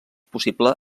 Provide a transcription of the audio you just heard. possible